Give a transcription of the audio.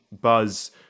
buzz